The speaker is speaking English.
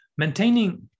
Maintaining